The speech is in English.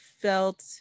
felt